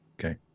Okay